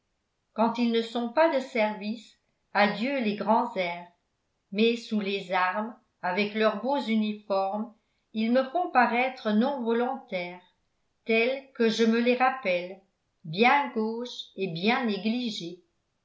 quand ils ne sont pas de service adieu les grands airs mais sous les armes avec leurs beaux uniformes ils me font paraître nos volontaires tels que je me les rappelle bien gauches et bien négligés